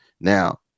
Now